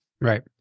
right